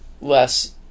less